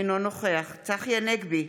אינו נוכח צחי הנגבי,